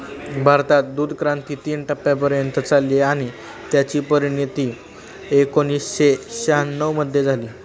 भारतात दूधक्रांती तीन टप्प्यांपर्यंत चालली आणि त्याची परिणती एकोणीसशे शहाण्णव मध्ये झाली